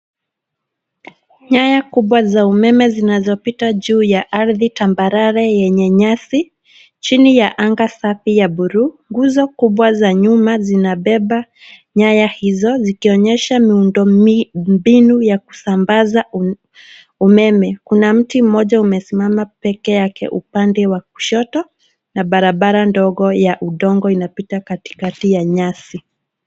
Nyaya kubwa za umeme zinazopita juu ya ardhi tambarare yenye nyasi. Chini ya anga safi ya bluu. Nguzo kubwa za nyuma zinabeba nyaya hizo zikionyesha miundombinu ya kusambaza umeme. Kuna mti mmoja umesimama peke yake upande wa kushoto na barabara ndogo ya udongo inapita katikati ya nyasi.